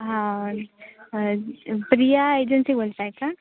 हा प्रिया एजन्सी बोलत आहे का